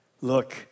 look